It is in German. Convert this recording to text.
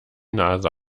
nase